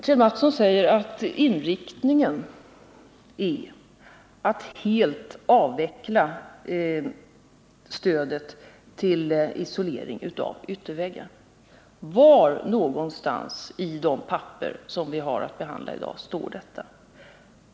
Kjell Mattsson säger att inriktningen är att helt avveckla stödet till isolering av ytterväggar. Var i de papper som vi har att behandla i dag står detta?